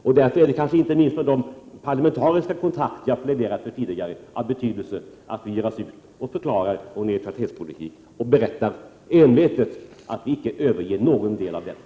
Inte minst med tanke på de parlamentariska kontakter jag har pläderat för tidigare är det därför av betydelse att vi ger oss ut och förklarar vår neutralitetspolitik och envetet berättar att vi icke överger någon del av denna.